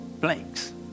blanks